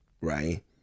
Right